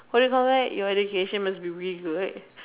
what do you call that your education must be really good